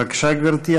בבקשה, גברתי.